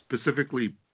specifically